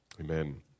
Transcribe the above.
Amen